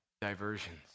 diversions